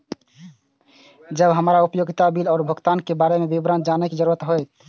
जब हमरा उपयोगिता बिल आरो भुगतान के बारे में विवरण जानय के जरुरत होय?